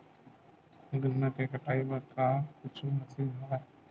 गन्ना के कटाई बर का कुछु मशीन हवय?